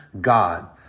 God